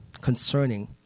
concerning